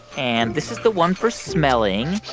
and this is the one for smelling.